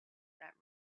that